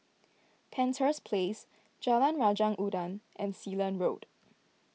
Penshurst Place Jalan Raja Udang and Sealand Road